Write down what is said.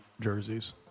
jerseys